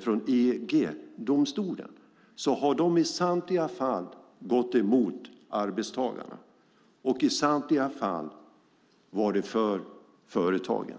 från EG-domstolen har i samtliga fall gått emot arbetstagarna och i samtliga fall varit för företagen.